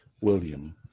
William